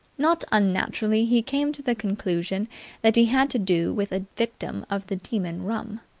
not unnaturally he came to the conclusion that he had to do with a victim of the demon rum.